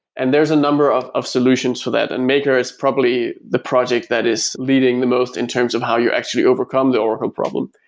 and there's a number of of solutions for that. and maker is probably the project that is leading the most in terms of how you actually overcome the oracle problem.